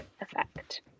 effect